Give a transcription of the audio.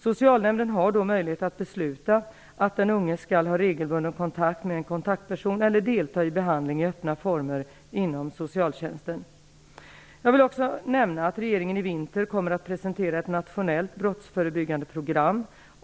Socialnämnden har då möjlighet att besluta att den unge skall ha regelbundna kontakter med en kontaktperson eller delta i behandling i öppna former inom socialtjänsten. Jag vill också nämna att regeringen i vinter kommer att presentera ett nationellt brottsförebyggande program.